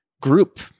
group